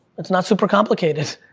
it's not super complicated.